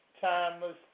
Timeless